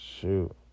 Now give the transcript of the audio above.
shoot